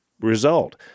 result